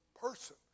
person